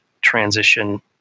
transition